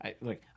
Look